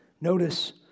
Notice